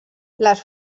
les